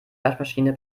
waschmaschine